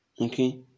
Okay